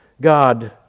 God